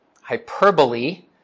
hyperbole